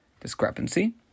discrepancy